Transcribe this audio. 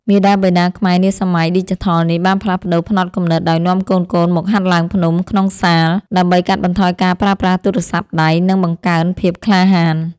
មាតាបិតាខ្មែរនាសម័យឌីជីថលនេះ បានផ្លាស់ប្តូរផ្នត់គំនិតដោយនាំកូនៗមកហាត់ឡើងភ្នំក្នុងសាល ដើម្បីកាត់បន្ថយការប្រើប្រាស់ទូរស័ព្ទដៃ និងបង្កើនភាពក្លាហាន។